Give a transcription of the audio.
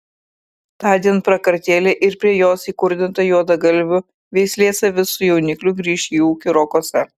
tądien prakartėlė ir prie jos įkurdinta juodagalvių veislės avis su jaunikliu grįš į ūkį rokuose